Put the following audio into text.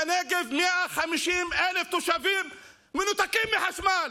בנגב 150,000 תושבים מנותקים מחשמל.